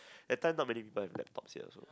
that time not many people have laptops yet also